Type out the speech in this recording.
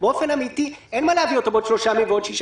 באופן אמיתי אין מה להביא אותו בעוד 3 ימים ובעוד 6 ימים.